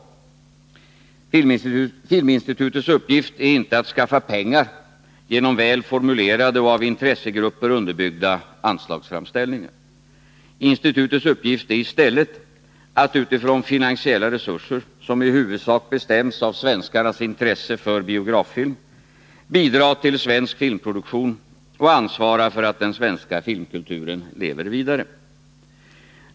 Filminstitutets uppgift är inte att skaffa pengar genom väl formulerade och av intressegrupper underbyggda anslagsframställningar. Institutets uppgift är i stället att utifrån finansiella resurser, som i huvudsak bestäms av svenskarnas intresse för biograffilm, bidra till svensk filmproduktion och ansvara för att den svenska filmkulturen lever vidare.